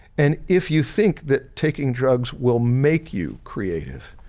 and if you think that taking drugs will make you creative,